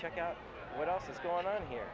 check out what else is going on here